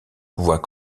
voit